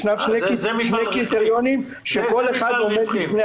יש כאן שני קריטריונים שכל אחד עומד בפני עצמו.